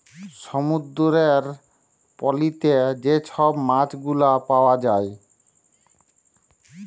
সমুদ্দুরের পলিতে যে ছব মাছগুলা পাউয়া যায়